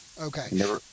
Okay